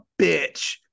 bitch